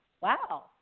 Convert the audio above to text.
wow